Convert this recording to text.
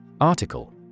Article